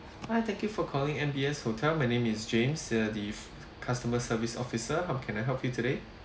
hi thank you for calling M_B_S hotel my name is james here the customer service officer how can I help you today